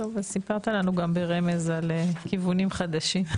טוב, אז סיפרת לנו ברמז גם לגבי כיוונים חדשים.